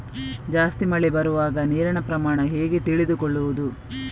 ಜಾಸ್ತಿ ಮಳೆ ಬರುವಾಗ ನೀರಿನ ಪ್ರಮಾಣ ಹೇಗೆ ತಿಳಿದುಕೊಳ್ಳುವುದು?